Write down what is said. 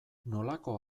nolako